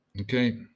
Okay